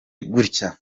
gutya